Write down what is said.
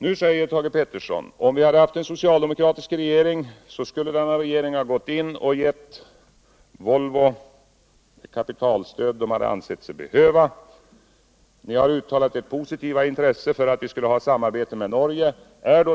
Nu säger Thage Peterson: Om vi hade haft en socialdemokratisk regering, så skulle denna regering ha gått in och givit Volvo det kapitalstöd företaget ansett sig behöva. Ni har uttalat ert positiva intresse för samarbete med Norge.